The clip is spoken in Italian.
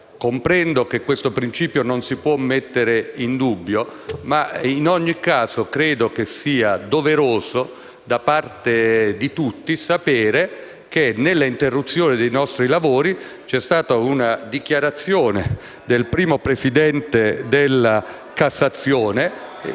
Comprendo che questo principio non si possa mettere in dubbio, ma in ogni caso credo che sia doveroso da parte di tutti sapere che, nell'interruzione dei nostri lavori, c'è stata una dichiarazione del primo presidente della Corte